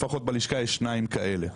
לפחות בלשכה יש שניים כאלה.